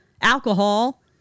alcohol